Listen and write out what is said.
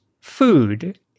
food